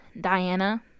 Diana